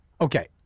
Okay